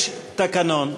יש תקנון,